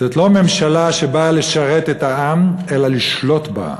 זו לא ממשלה שבאה לשרת את העם, אלא לשלוט בעם.